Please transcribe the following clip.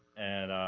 and